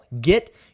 Get